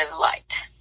light